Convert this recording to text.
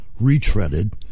retreaded